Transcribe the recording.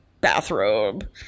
bathrobe